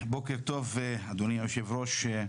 בוקר טוב, אדוני היושב-ראש.